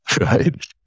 right